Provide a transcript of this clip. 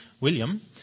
William